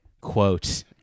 quote